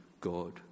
God